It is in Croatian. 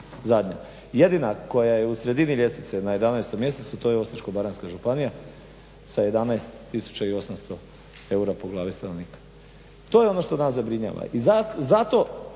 Jedina koja je u sredini ljestvice na 11 mjesto to je Osječko-baranjska županija sa 11 800 eura po glavi stanovnika. To je ono što nas zabrinjava